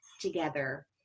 together